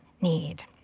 need